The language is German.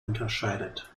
unterscheidet